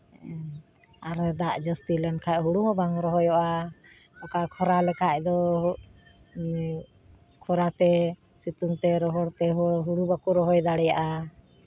ᱟᱨᱮ ᱫᱟᱜ ᱡᱟᱹᱥᱛᱤ ᱞᱮᱱᱠᱷᱟᱡ ᱦᱳᱲᱳ ᱦᱚᱸ ᱵᱟᱝ ᱨᱚᱦᱚᱭᱚᱜᱼᱟ ᱚᱠᱟ ᱠᱷᱚᱨᱟ ᱞᱮᱠᱷᱟᱡ ᱫᱚ ᱠᱷᱚᱨᱟ ᱛᱮ ᱥᱮᱛᱳᱝ ᱛᱮ ᱨᱚᱦᱚᱲ ᱛᱮ ᱦᱳᱲᱳ ᱵᱟᱠᱚ ᱨᱚᱦᱚᱭ ᱫᱟᱲᱮᱭᱟᱜᱼᱟ